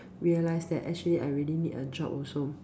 realize that actually I really need a job also